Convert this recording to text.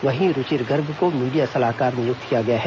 वहीं रूचिर गर्ग को मीडिया सलाहकार नियुक्त किया गया है